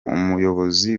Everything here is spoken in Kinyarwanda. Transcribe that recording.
umuyobozi